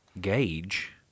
gauge